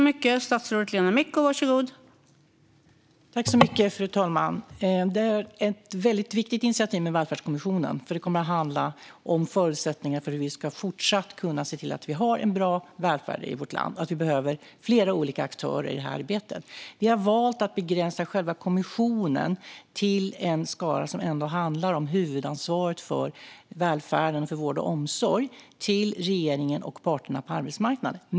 Fru talman! Välfärdskommissionen är ett mycket viktigt initiativ som kommer att handla om förutsättningarna för hur vi fortsättningsvis ska kunna se till att vi har en bra välfärd i vårt land och att vi behöver flera olika aktörer i detta arbete. Vi har valt att begränsa själva kommissionen till en skara bestående av regeringen och parterna på arbetsmarknaden, eftersom det ändå handlar om huvudansvaret för välfärden och för vård och omsorg.